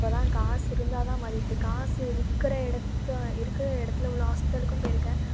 அப்போ தான் காசு இருந்தால் தான் மதிப்பு காசு இருக்கிற இடத்து இருக்கிற இடத்துல உள்ள ஹாஸ்பிட்டலுக்கும் போயி இருக்கேன்